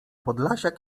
podlasiak